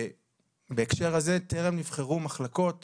ובהקשר הזה טרם נבחרו מחלקות